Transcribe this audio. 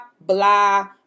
blah